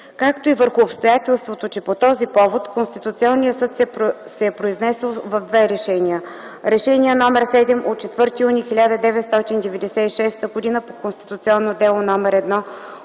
както и върху обстоятелството, че по този повод Конституционният съд се е произнесъл в две решения: Решение № 7 от 4 юни 1996 г. по Конституционно дело № 1